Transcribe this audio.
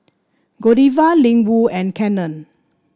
Godiva Ling Wu and Canon